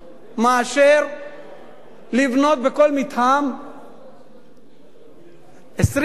מלבנות בכל מתחם 20%,